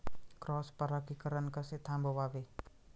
Cross परागीकरण कसे थांबवावे?